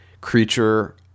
creature